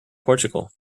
portugal